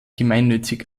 gemeinnützig